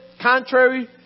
contrary